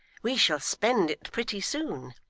we shall spend it pretty soon,